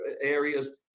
areas